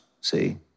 see